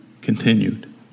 continued